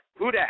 Hudak